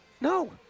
No